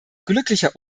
glücklicher